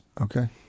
okay